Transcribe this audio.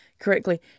correctly